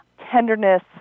Tenderness